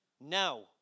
Now